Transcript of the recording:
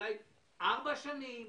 אולי ארבע שנים,